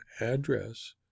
address